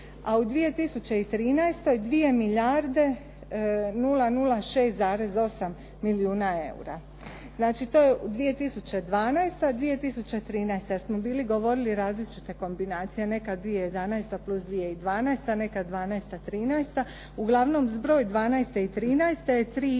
a u 2013. 2 milijarde 006,8 milijuna eura. Znači to je 2012., 2013., jer smo bili govorili različite kombinacije. Nekad 2011. plus 2012., nekad 2012., 2013. Uglavnom zbroj 2012. i 2013. je 3 i